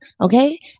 okay